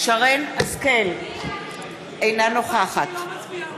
אינה נוכחת